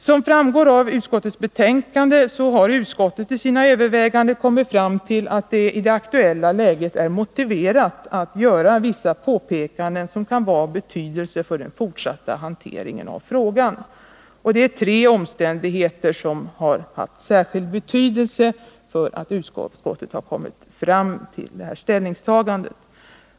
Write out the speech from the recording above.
Som framgår av utskottets betänkande har utskottet i sina överväganden kommit fram till att det i det aktuella läget är motiverat att göra vissa påpekanden som kan vara av betydelse för den fortsatta hanteringen av frågan. Tre omständigheter har haft särskild betydelse för utskottets ställningstagande.